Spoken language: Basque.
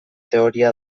teoria